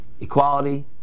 Equality